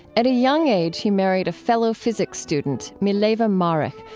at a young age, he married a fellow physics student, mileva maric,